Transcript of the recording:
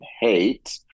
Hate